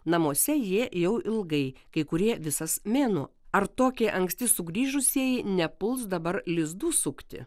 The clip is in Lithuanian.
namuose jie jau ilgai kai kurie visas mėnuo ar tokie anksti sugrįžusieji nepuls dabar lizdų sukti